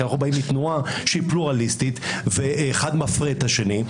כי אנחנו באים מתנועה שהיא פלורליסטית ואחד מפרה את השני.